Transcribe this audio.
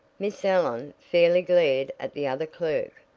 miss allen fairly glared at the other clerk.